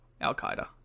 Al-Qaeda